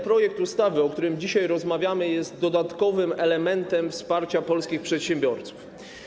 Projekt ustawy, o którym dzisiaj rozmawiamy, jest dodatkowym elementem wsparcia dla polskich przedsiębiorców.